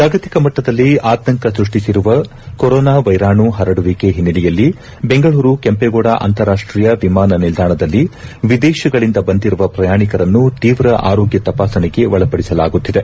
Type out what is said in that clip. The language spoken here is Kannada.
ಜಾಗತಿಕ ಮಟ್ಟದಲ್ಲಿ ಆತಂಕ ಸೃಷ್ಷಿಸಿರುವ ಕೊರೋನಾ ವೈರಾಣು ಹರಡುವಿಕೆ ಹಿನ್ನೆಲೆಯಲ್ಲಿ ಬೆಂಗಳೂರು ಕೆಂಪೇಗೌಡ ಅಂತಾರಾಷ್ಷೀಯ ವಿಮಾನ ನಿಲ್ದಾಣದಲ್ಲಿ ವಿದೇಶಗಳಿಂದ ಬಂದಿರುವ ಪ್ರಯಾಣಿಕರನ್ನು ತೀವ್ರ ಆರೋಗ್ಗ ತಪಾಸಣೆಗೆ ಒಳಪಡಿಸಲಾಗುತ್ತಿದೆ